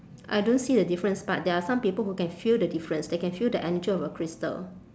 I don't see the difference but there are some people who can feel the difference they can feel the energy of a crystal